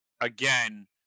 again